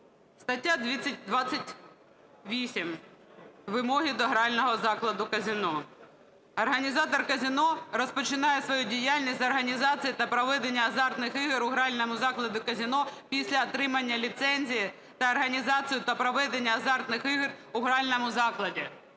стаття 28 "Вимоги до грального закладу казино". Організатор казино розпочинає свою діяльність з організації та проведення азартних ігор у гральному закладі казино після отримання ліцензії на організацію та проведення азартних ігор у гральному закладі.